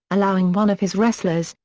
allowing one of his wrestlers,